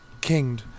kinged